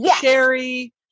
cherry